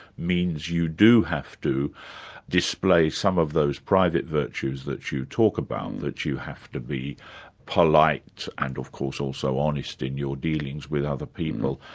means you do have to display some of those private virtues that you talk about, that you have to be polite and of course also honest in your dealings with other people.